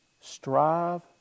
strive